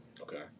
Okay